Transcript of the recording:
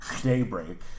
Daybreak